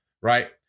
right